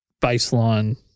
baseline –